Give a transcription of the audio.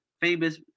famous –